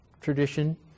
tradition